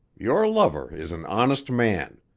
your lover is an honest man.